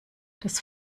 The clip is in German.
das